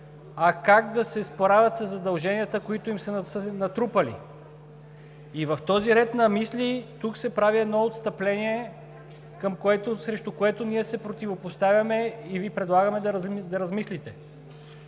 а как да се справят със задълженията, които са им се натрупали. И в този ред на мисли тук се прави едно отстъпление, срещу което ние се противопоставяме и Ви предлагаме да размислите.